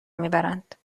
میبرند